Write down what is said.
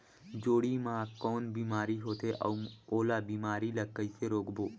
जोणी मा कौन बीमारी होथे अउ ओला बीमारी ला कइसे रोकबो?